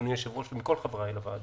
אדוני היושב-ראש, ומכל חבריי לוועדה